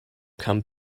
come